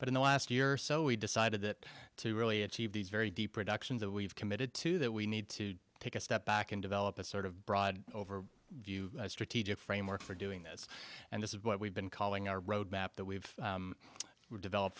but in the last year or so we decided that to really achieve these very deep productions that we've committed to that we need to take a step back and develop a sort of broad over view strategic framework for doing this and this is what we've been calling our road map that we've developed